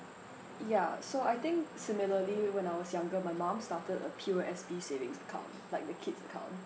ya so I think similarly when I was younger my mum started a P_O_S_B savings account like the kids account